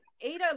Ada